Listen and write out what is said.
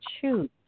choose